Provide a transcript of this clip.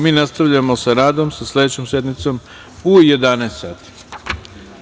Mi nastavljamo sa radom, sa sledećom sednicom u 11.00 časova.